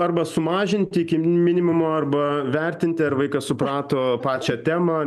arba sumažinti iki minimumo arba vertinti ar vaikas suprato pačią temą